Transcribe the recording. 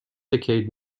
decade